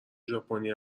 ژاپنی